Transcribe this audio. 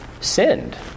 sinned